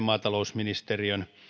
maatalousministeriönsä